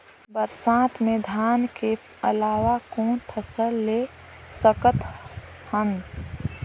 बरसात मे धान के अलावा कौन फसल ले सकत हन?